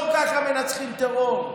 לא ככה מנצחים טרור.